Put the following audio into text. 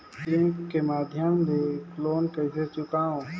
Cheque के माध्यम ले लोन कइसे चुकांव?